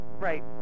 Right